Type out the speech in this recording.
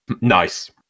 nice